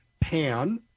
pan